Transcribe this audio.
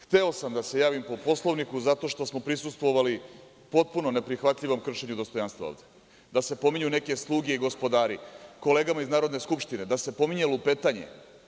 Hteo sam da se javim po Poslovniku zato što smo prisustvovali potpuno neprihvatljivom kršenju dostojanstva, da se pominju neke sluge i gospodari kolegama iz Narodne skupštine, da se pominje lupetanje.